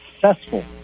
successful